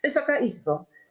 Wysoka Izbo!